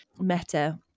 meta